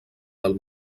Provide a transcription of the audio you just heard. del